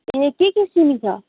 ए के के सिमी छ